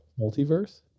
multiverse